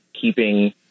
keeping